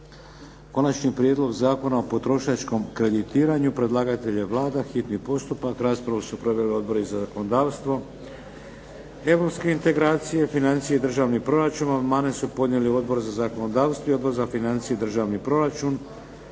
prvo i drugo čitanje, P.Z.E. br. 338 Predlagatelj je Vlada, hitni je postupak. Raspravu su proveli Odbori za zakonodavstvo, europske integracije, financije i državni proračun. Amandmane su podnijeli Odbor za zakonodavstvo i Odbor za financije i državni proračun.